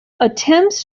attempts